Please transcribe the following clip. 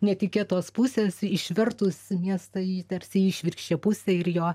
netikėtos pusės išvertus miestą tarsi išvirkščią pusę ir jo